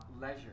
Leisure